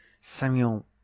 samuel